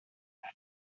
four